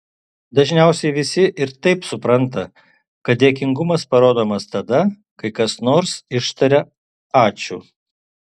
dažniausiai visi ir taip supranta kad dėkingumas parodomas tada kai kas nors ištaria ačiū